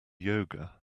yoga